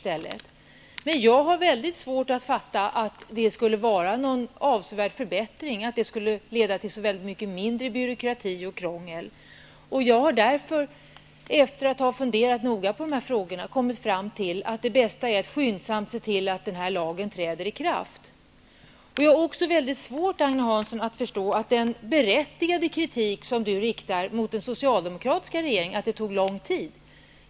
Jag har väldigt svårt att fatta att det skulle innebära någon avsevärd förbättring, att det skulle leda till så mycket mindre byråkrati och krångel. Efter att ha funderat noga har jag kommit fram till att det bästa är att skyndsamt se till att lagen träder i kraft. Det är berättigad kritik som Agne Hansson riktar mot den socialdemokratiska regeringen för att den tog lång tid på sig.